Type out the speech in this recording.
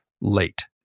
late